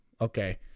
Okay